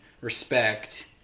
respect